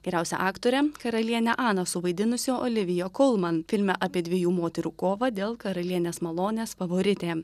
geriausia aktore karalienę aną suvaidinusi olivija kolman filme apie dviejų moterų kovą dėl karalienės malonės favoritė